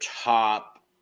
top